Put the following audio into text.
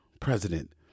president